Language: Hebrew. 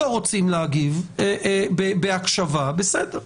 אם אתם לא רוצים להגיב בהקשבה, בסדר.